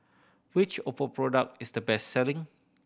which Oppo product is the best selling